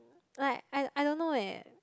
like I I don't know eh